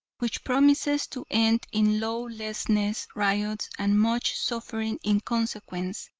which promises to end in lawlessness, riots, and much suffering in consequence.